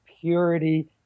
purity